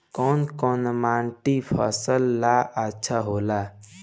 कौन कौनमाटी फसल ला अच्छा होला?